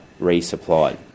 resupplied